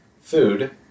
food